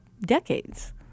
decades